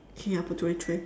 okay I put twenty three